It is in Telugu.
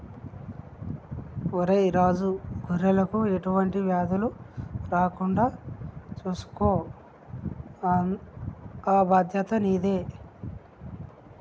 ఒరై రాజు గొర్రెలకు ఎటువంటి వ్యాధులు రాకుండా సూసుకో ఆ బాధ్యత నీదే